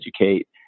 educate